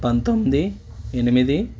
పంతొమ్మిది ఎనిమిది